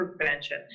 prevention